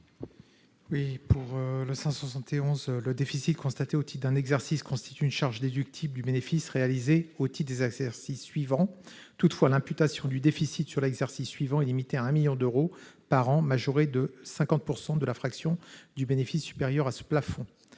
571 rectifié . Le déficit constaté au titre d'un exercice constitue une charge déductible du bénéfice réalisé au titre des exercices suivants. Toutefois, l'imputation du déficit sur l'exercice suivant est limitée à 1 million d'euros par an, majoré de 50 % de la fraction du bénéfice supérieure à ce plafond.